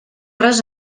res